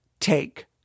Take